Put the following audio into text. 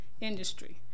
industry